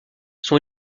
son